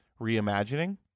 reimagining